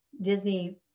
disney